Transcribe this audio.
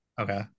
Okay